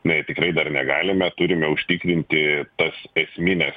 na tikrai dar negalim mes turime užtikrinti tas esmines